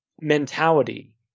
mentality